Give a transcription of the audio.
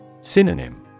Synonym